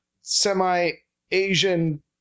semi-Asian